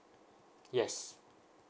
yes